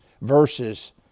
verses